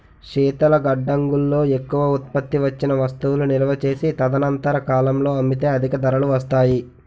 శీతల గడ్డంగుల్లో ఎక్కువ ఉత్పత్తి వచ్చిన వస్తువులు నిలువ చేసి తదనంతర కాలంలో అమ్మితే అధిక ధరలు వస్తాయి